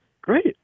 Great